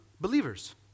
believers